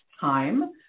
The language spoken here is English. time